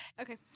Okay